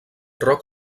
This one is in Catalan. roc